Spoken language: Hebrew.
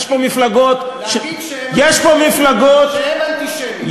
להגיד שהם אנטישמים.